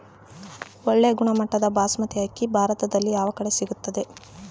ಒಳ್ಳೆ ಗುಣಮಟ್ಟದ ಬಾಸ್ಮತಿ ಅಕ್ಕಿ ಭಾರತದಲ್ಲಿ ಯಾವ ಕಡೆ ಸಿಗುತ್ತದೆ?